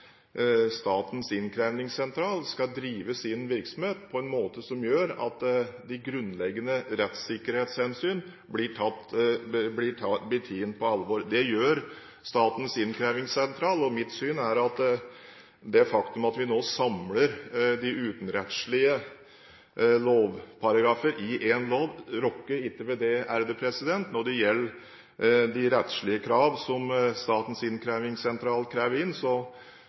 Statens innkrevingssentral skal drive sin virksomhet på en måte som gjør at de grunnleggende rettssikkerhetshensyn blir tatt på alvor. Det gjør Statens innkrevingssentral, og mitt syn er at det faktum at vi nå samler de utenrettslige lovparagrafer i én lov, ikke rokker ved det. Når det gjelder de rettslige krav som Statens innkrevingssentral